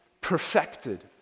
perfected